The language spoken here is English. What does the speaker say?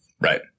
Right